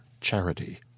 charity